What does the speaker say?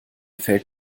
fällt